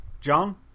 John